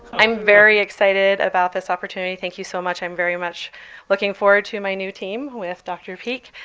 i'm very excited about this opportunity. thank you so much. i'm very much looking forward to my new team with dr. peak.